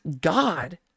God